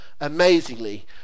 amazingly